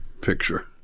picture